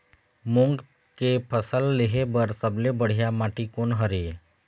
मूंग के फसल लेहे बर सबले बढ़िया माटी कोन हर ये?